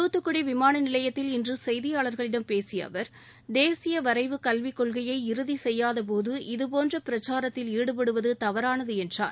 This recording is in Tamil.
தூத்துக்குடி விமான நிலையத்தில் இன்று செய்தியாளர்களிடம் பேசிய அவர் தேசிய வரைவு கல்விக் கொள்கையை இறுதி செய்யாத போது இதுபோன்ற பிரச்சாரத்தில் ஈடுபடுவது தவறானது என்றார்